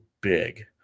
big